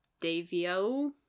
Davio